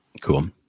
Cool